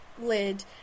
lid